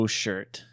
shirt